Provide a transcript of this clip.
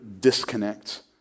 disconnect